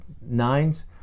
nines